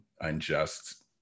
unjust